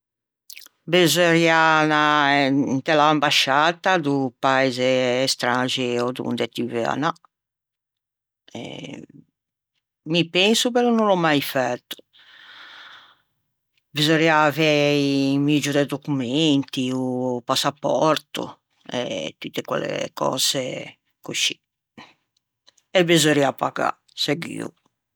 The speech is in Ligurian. Besorrià anâ inte l'ambasciata do paise estranxeo dove ti veu anâ eh mi penso perché no l'ò mai fæto besorrià aveighe un muggio de documenti, o passapòrto e tutte quelle cöse coscì e besorrià pagâ seguo.